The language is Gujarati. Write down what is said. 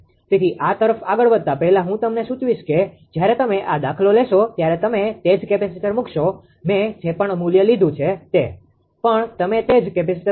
તેથી આ તરફ આગળ વધતા પહેલાં હું તમને સૂચવીશ કે જ્યારે તમે આ દાખલો લેશો ત્યારે તમે તે જ કેપેસિટર મૂકશો મેં જે પણ મૂલ્ય લીધું છે તે પણ તમે તે જ કેપેસિટર મૂકો